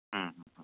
হুম হুম হুম